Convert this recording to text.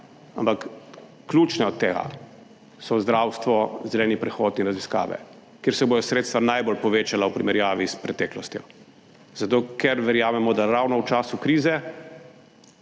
Ampak ključne od tega so zdravstvo, zeleni prehod in raziskave, kjer se bodo sredstva najbolj povečala v primerjavi s preteklostjo, zato ker verjamemo, da ravno v času krize